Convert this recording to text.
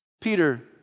peter